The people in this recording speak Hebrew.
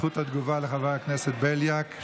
זכות התגובה, לחבר הכנסת בליאק.